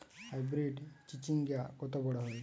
Hybrid চিচিংঙ্গা কত বড় হয়?